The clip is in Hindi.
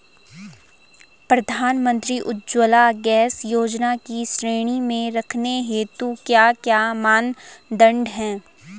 प्रधानमंत्री उज्जवला गैस योजना की श्रेणी में रखने हेतु क्या क्या मानदंड है?